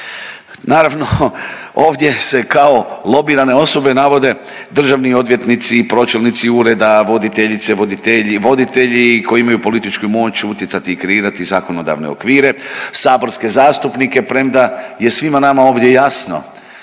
javnosti. Ovdje se kao lobirane osobe navode državni odvjetnici, pročelnici ureda, voditeljice, voditelji, voditelji koji imaju političku moć utjecati i kreirati zakonodavne okvire, saborske zastupnike premda je svima nama ovdje jasno